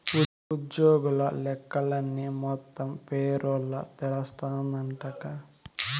ఉజ్జోగుల లెక్కలన్నీ మొత్తం పేరోల్ల తెలస్తాందంటగా